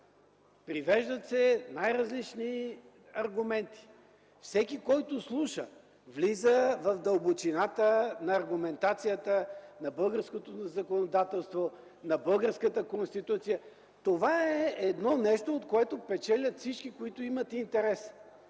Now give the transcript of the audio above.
Привеждат се най-различни аргументи. Всеки, който слуша, влиза в дълбочината на аргументацията на българското законодателство, на българската Конституция. Това е едно нещо, от което печелят всички, които имат интерес.